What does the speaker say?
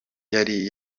yari